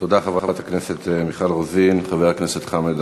תודה, חברת הכנסת מיכל רוזין.